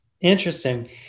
Interesting